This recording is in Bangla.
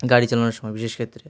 গাড়ি চালানোর সময় বিশেষ ক্ষেত্রে